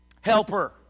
helper